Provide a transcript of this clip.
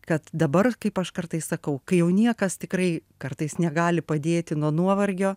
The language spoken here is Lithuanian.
kad dabar kaip aš kartais sakau kai jau niekas tikrai kartais negali padėti nuo nuovargio